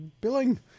billing